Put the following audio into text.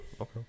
Okay